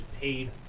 paid